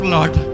Lord